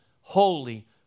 holy